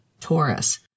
Taurus